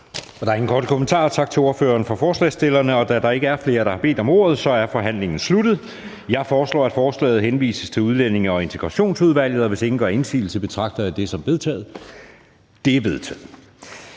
Der er ingen korte bemærkninger, så tak til ordføreren for forslagsstillerne. Da der ikke er flere, der har bedt om ordet, er forhandlingen sluttet. Jeg foreslår, at forslaget til folketingsbeslutning henvises til Udlændinge- og Integrationsudvalget. Og hvis ingen gør indsigelse, betragter jeg det som vedtaget. Det er vedtaget.